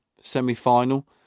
semi-final